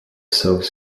south